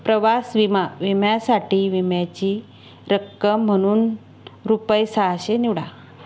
प्रवास विमा विम्यासाठी विम्याची रक्कम म्हणून रुपये सहाशे निवडा